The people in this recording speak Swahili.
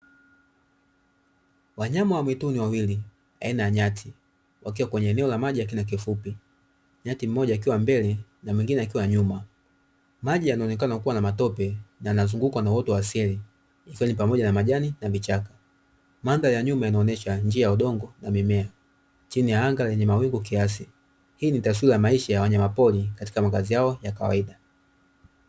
Wanyama wa mwituni wawili aina ya nyati wakiwa kwenye eneo la maji ya kina kifupi, nyati mmoja akiwa mbele na mwingine akiwa nyuma. Maji yanaonekana kuwa na matope, yanazungukwa na uoto wa asili pamoja na majani ya vichaka. Mandhari ya nyuma inaonyesha njia ya udongo na mimea chini ya anga lenye mawingu kiasi. Hii ni taswira ya maisha ya wanyamapori katika makazi yao ya kawaida.